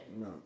No